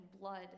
blood